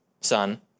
son